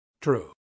true